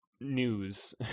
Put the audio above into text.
news